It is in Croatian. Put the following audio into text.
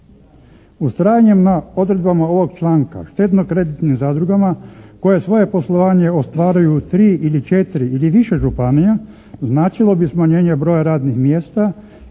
Ustrajanjem na odredbama ovog članka štedno-kreditnim zadrugama koje svoje poslovanje ostvaruju 3 ili 4 ili više županija, značilo bi smanjenje broja radnih mjesta